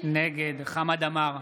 נגד חמד עמאר,